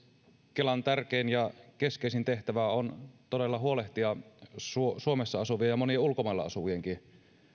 kelan tärkein ja keskeisin tehtävä on todella huolehtia suomessa asuvien ja monien ulkomailla asuvienkin